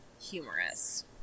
humorous